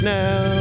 now